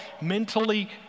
mentally